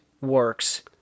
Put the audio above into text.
works